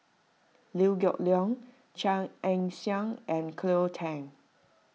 Liew Geok Leong Chia Ann Siang and Cleo Thang